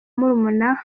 murumuna